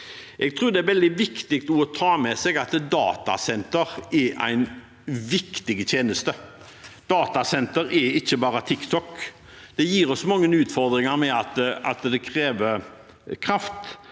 Jeg tror det er veldig viktig å ta med seg at datasentre gjør viktige tjenester. Datasentre er ikke bare TikTok. De gir oss mange utfordringer med at de krever kraft,